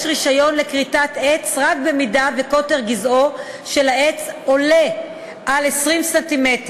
רישיון לכריתת עץ רק אם קוטר גזעו של העץ עולה על 20 ס"מ,